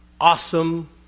awesome